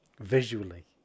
visually